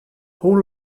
hoe